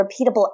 repeatable